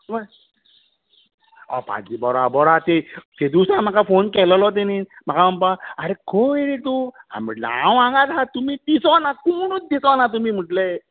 व्हय म्हाका खबर आसा ती तेदुसां म्हाका फोन केल्लो तांणी म्हाका म्हणपा आरे खंय रे तूं हांवें म्हणले हांव आगांत आसा तुमी दिसूंक ना कोणूच दिसूंक ना तुमी म्हणले